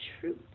truth